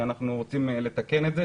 שאנחנו רוצים לתקן את זה,